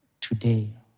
today